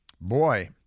Boy